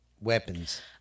weapons